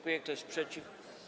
Kto jest przeciw?